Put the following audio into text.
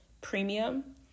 Premium